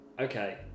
Okay